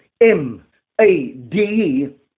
M-A-D-E